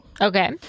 Okay